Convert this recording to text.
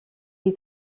die